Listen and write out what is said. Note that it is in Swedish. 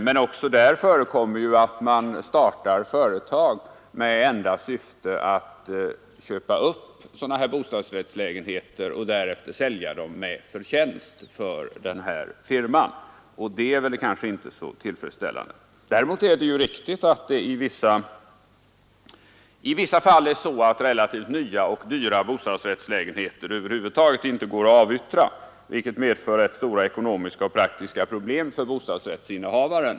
Men också där förekommer det att man startar företag med det enda syftet att köpa upp bostadslägenheter och därefter sälja dem med förtjänst för firman, och det är ju inte tillfredsställande. Däremot är det riktigt att relativt nya och dyra bostadsrättslägenheter i vissa fall inte går att avyttra, och detta medför rätt stora ekonomiska och praktiska problem för bostadsrättsinnehavaren.